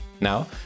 Now